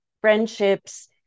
friendships